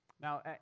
Now